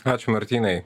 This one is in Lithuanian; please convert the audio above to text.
ačiū martynai